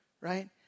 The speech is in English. right